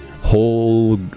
whole